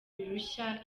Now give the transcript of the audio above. birushya